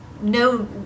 no